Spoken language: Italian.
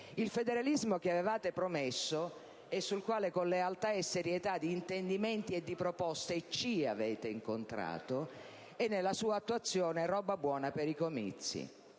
Il federalismo che avevate promesso e sul quale, con lealtà e serietà di intendimenti e di proposte, ci avete incontrato, è nella sua attuazione roba buona per i comizi.